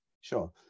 Sure